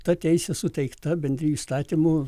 ta teisė suteikta bendrijų įstatymu